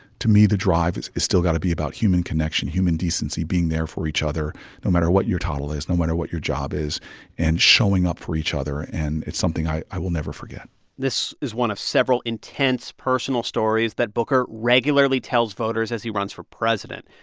to me, the drive has still got to be about human connection, human decency, being there for each other no matter what your title is, no matter what your job is and showing up for each other. and it's something i i will never forget this is one of several intense, personal stories that booker regularly tells voters as he runs for president.